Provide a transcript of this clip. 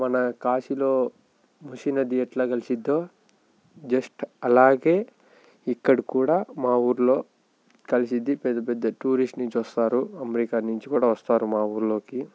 మన కాశీలో మూసీ నది ఎట్లా కలుస్తుందో జస్ట్ అలాగే ఇక్కడ కూడా మా ఊళ్ళో కలిసింది పెద్ద పెద్ద టూరిస్ట్ నుంచి వస్తారు అమెరికా నుంచి కూడా వస్తారు మా ఊళ్ళోకి